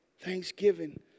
Thanksgiving